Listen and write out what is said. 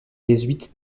jésuites